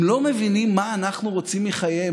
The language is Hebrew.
הם לא מבינים מה אנחנו רוצים מחייהם,